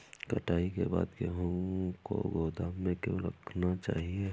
कटाई के बाद गेहूँ को गोदाम में क्यो रखना चाहिए?